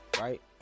right